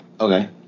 Okay